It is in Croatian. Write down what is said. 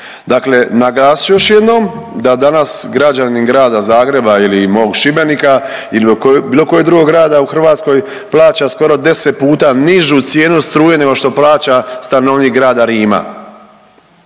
Dakle, naglasit ću još jednom da danas građanin grada Zagreba ili mog Šibenika ili bilo kojeg drugog grada u Hrvatskoj plaća skoro 10 puta nižu cijenu struje nego što plaća stanovnik grada Rima